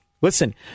Listen